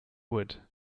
wood